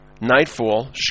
nightfall